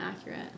accurate